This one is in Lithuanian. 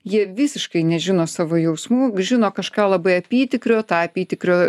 jie visiškai nežino savo jausmų žino kažką labai apytikrio tą apytikrio